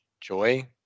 joy